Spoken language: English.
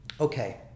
Okay